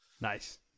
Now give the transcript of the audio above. Nice